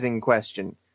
question